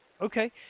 Okay